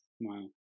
Wow